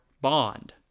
Bond